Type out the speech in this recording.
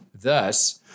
Thus